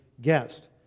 guest